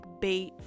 bait